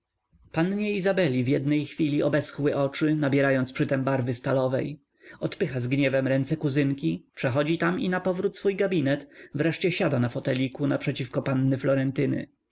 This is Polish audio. pannie izabeli w jednej chwili obeschły oczy nabierając przytem barwy stalowej odpycha z gniewem ręce kuzynki przechodzi tam i napowrót swój gabinet wreszcie siada na foteliku naprzeciw panny florentyny